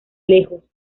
lejos